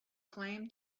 claim